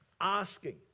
asking